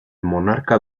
monarca